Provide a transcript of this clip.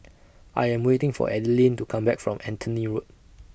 I Am waiting For Adilene to Come Back from Anthony Road